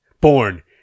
born